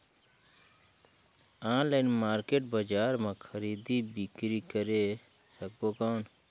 Online market बजार मां खरीदी बीकरी करे सकबो कौन?